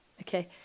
Okay